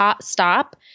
stop